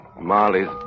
Marley's